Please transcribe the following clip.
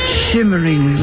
shimmering